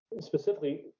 specifically